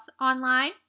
online